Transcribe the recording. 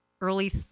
early